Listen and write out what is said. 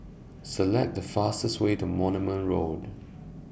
Select The fastest Way to Moulmein Road